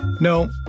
No